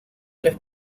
tres